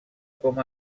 com